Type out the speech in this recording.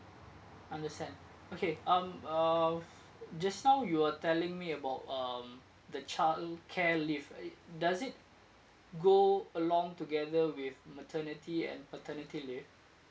understand okay um uh f~ just now you were telling me about um the childcare leave right does it go along together with maternity and paternity leave